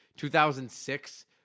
2006